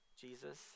Jesus